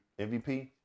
mvp